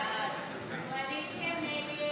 הסתייגות 84